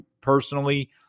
personally